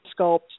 sculpt